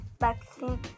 vaccine